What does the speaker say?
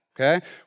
okay